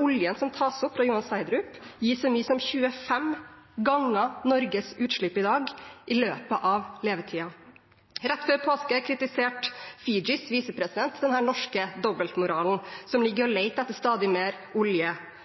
oljen som tas opp fra Johan Sverdrup, vil i løpet av levetiden gi så mye som 25 ganger Norges utslipp i dag. Rett før påske kritiserte Fijis visepresident den norske dobbeltmoralen som ligger i det å lete etter stadig mer olje,